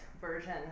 version